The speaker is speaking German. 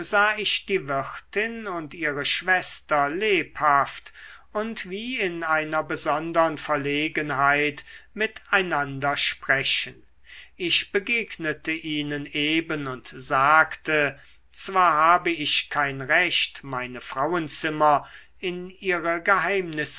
sah ich die wirtin und ihre schwester lebhaft und wie in einer besondern verlegenheit mit einander sprechen ich begegnete ihnen eben und sagte zwar habe ich kein recht meine frauenzimmer in ihre geheimnisse